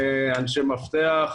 אנשי מפתח,